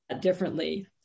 differently